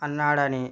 అన్నాడు అని